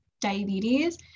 diabetes